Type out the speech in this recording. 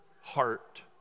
heart